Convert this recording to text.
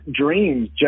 dreams